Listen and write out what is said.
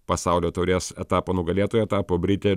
pasaulio taurės etapo nugalėtoja tapo britė